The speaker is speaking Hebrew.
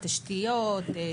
תשתיות,